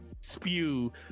spew